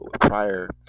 prior